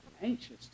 Anxious